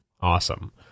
awesome